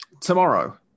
tomorrow